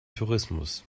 tourismus